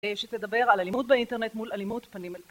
שתדבר על אלימות באינטרנט מול אלימות פנים אל פנים.